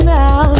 now